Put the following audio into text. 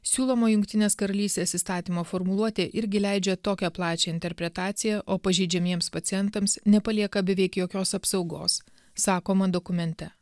siūlomo jungtinės karalystės įstatymo formuluotė irgi leidžia tokią plačią interpretaciją o pažeidžiamiems pacientams nepalieka beveik jokios apsaugos sakoma dokumente